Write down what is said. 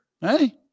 Hey